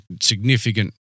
significant